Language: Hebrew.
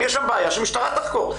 אם יש שם בעיה שהמשטרה תחקור,